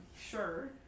sure